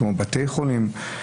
כמו בתי חולים,